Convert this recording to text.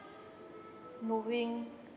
knowing